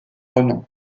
renom